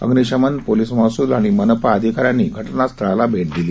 अग्निशमन पोलीस महसूल आणि मनपा अधिकऱ्यांनी घटनास्थळास भेट दिली